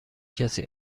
کسی